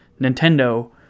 Nintendo